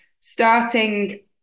starting